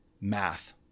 math